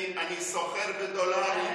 אני סוחר בדולרים,